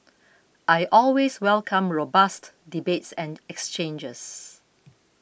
I always welcome robust debates and exchanges